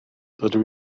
dydw